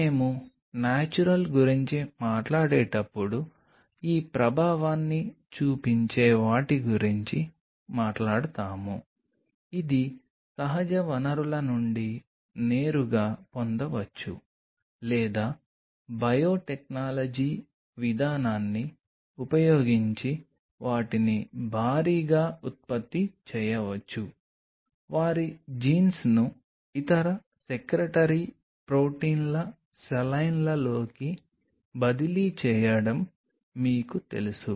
మేము నేచురల్ గురించి మాట్లాడేటప్పుడు ఈ ప్రభావాన్ని చూపించే వాటి గురించి మాట్లాడతాము ఇది సహజ వనరుల నుండి నేరుగా పొందవచ్చు లేదా బయోటెక్నాలజీ విధానాన్ని ఉపయోగించి వాటిని భారీగా ఉత్పత్తి చేయవచ్చు వారి జీన్స్ను ఇతర సెక్రటరీ ప్రొటీన్ల సెలైన్లలోకి బదిలీ చేయడం మీకు తెలుసు